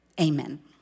amen